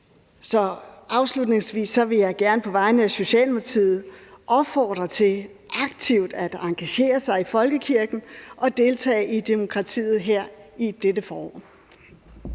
af Socialdemokratiet opfordre til aktivt at engagere sig i folkekirken og deltage i demokratiet her i dette forår.